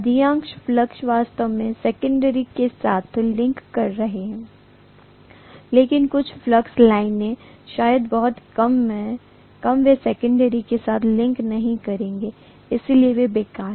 अधिकांश फ्लक्स वास्तव में सेकन्डेरी के साथ लिंक करते हैं लेकिन कुछ फ्लक्स लाइनें शायद बहुत कम वे सेकन्डेरी के साथ लिंक नहीं करेंगे इसलिए वे बेकार हैं